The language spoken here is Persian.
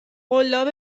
قلاب